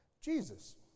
Jesus